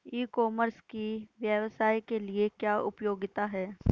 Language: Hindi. ई कॉमर्स की व्यवसाय के लिए क्या उपयोगिता है?